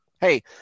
Hey